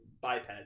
biped